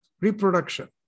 reproduction